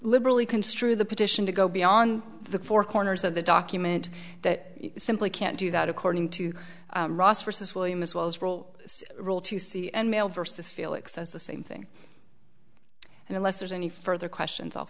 liberally construe the petition to go beyond the four corners of the document that simply can't do that according to sources william as well as role rule to see and male versus felix says the same thing and unless there's any further questions